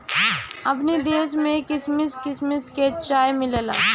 अपनी देश में किसिम किसिम के चाय मिलेला